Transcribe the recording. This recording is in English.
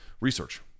research